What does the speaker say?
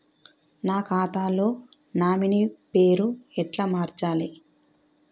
నా ఖాతా లో నామినీ పేరు ఎట్ల మార్చాలే?